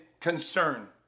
concern